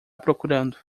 procurando